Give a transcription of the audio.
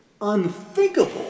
unthinkable